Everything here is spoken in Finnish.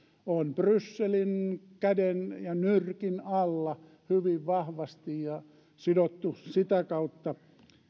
on brysselin käden ja nyrkin alla hyvin vahvasti ja sidottu sitä kautta